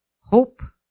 hope